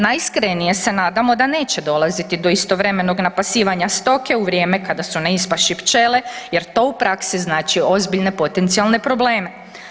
Najiskrenije se nadam da neće dolaziti do istovremenog napasivanja stoka u vrijeme kada su na ispašu pčele jer to u praksi znači ozbiljne potencijalne probleme.